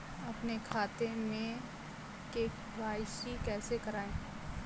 अपने खाते में के.वाई.सी कैसे कराएँ?